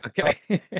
okay